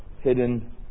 hidden